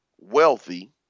wealthy